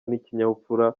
n’ikinyabupfura